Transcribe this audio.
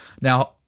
Now